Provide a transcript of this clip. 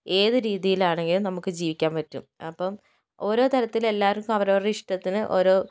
ഏതു രീതിയിൽ ആണെങ്കിലും നമുക്ക് ജീവിക്കാൻ പറ്റും അപ്പം ഓരോതരത്തിലും എല്ലാവർക്കും അവരവരുടെ ഇഷ്ടത്തിന് ഓരോ